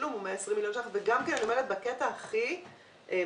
התשלום הוא 120 מיליון ש"ח בקטע הכי בעייתי,